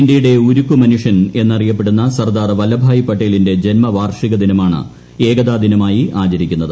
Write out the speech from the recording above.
ഇന്ത്യയുടെ ഉരുക്കുമനുഷ്യൻ എന്നറിയപ്പെടുന്ന സർദാർ വല്ലഭായ് പട്ടേലിന്റെ ജന്മവാർഷികദിനമാണ് ഏകതാദിനമായി ആചരിക്കുന്നത്